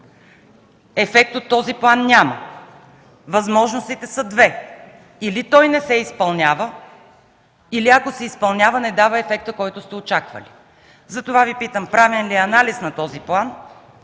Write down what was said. Ефект от този план няма. Възможностите са две. Или той не се изпълнява, или, ако се изпълнява, не дава ефекта, който сте очаквали. Затова Ви питам: правен ли е анализ на този план,